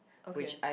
okay